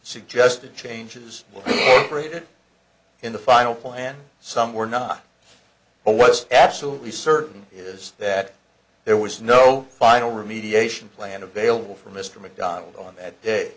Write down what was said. suggested changes looking for it in the final plan some were not a was absolutely certain is that there was no final remediation plan available for mr mcdonald on that day